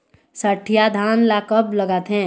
सठिया धान ला कब लगाथें?